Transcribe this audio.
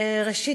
ראשית,